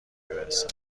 برسه